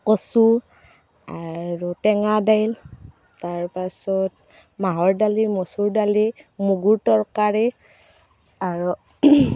কচু আৰু টেঙা দাইল তাৰপাছত মাহৰ দালি মচুৰ দালি মগুৰ তৰকাৰী আৰু